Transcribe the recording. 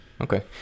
okay